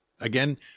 Again